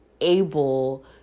able